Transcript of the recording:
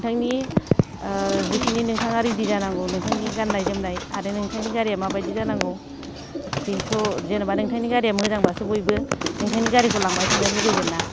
नोंथांनि जिखिनि नोंथाङा रेडि जानांगौ नोंथांनि गाननाय जोमनाय आरो नोंथांनि गारिया माबादि जानांगौ बेखौ जेनेबा नोंथांनि गारिया मोजांबासो बयबो नोंथांनि गारिखौ लांबाय थानो लुगैगोन ना